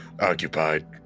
Occupied